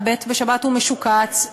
המת בשבת הוא משוקץ,